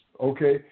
Okay